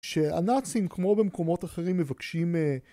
שהנאצים כמו במקומות אחרים מבקשים